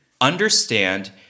understand